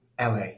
LA